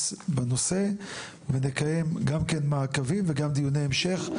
בנושא ונקיים גם כן מעקבים וגם דיוני המשך.